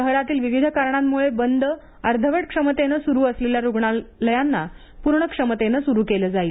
शहरातील विविध कारणांमुळे बंद अर्धवट क्षमतेने सुरू असलेल्या रुग्णांलयांना पूर्ण क्षमतेने सुरू केलं जाईल